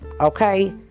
okay